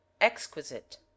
exquisite